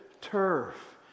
turf